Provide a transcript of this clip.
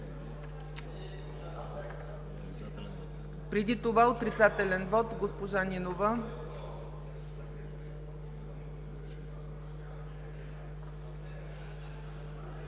Преди това за отрицателен вот – госпожа Нинова.